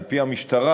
על-פי המשטרה,